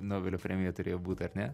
nobelio premija turėjo būt ar ne